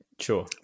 Sure